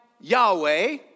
Yahweh